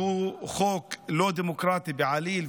שהוא חוק לא דמוקרטי בעליל,